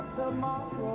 tomorrow